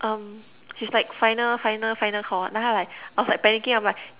um she's like final final final Call then I was like I was like panicking I'm like